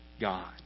God